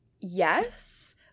Yes